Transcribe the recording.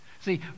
see